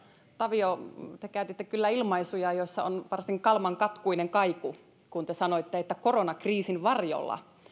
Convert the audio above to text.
tavio te käytitte kyllä ilmaisuja joissa on varsin kalmankatkuinen kaiku kun te sanoitte että koronakriisin varjolla